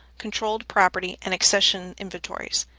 controlled property, and accession inventories.